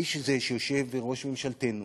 האיש הזה שיושב בראש ממשלתנו